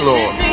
Lord